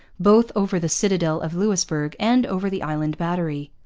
both over the citadel of louisbourg and over the island battery.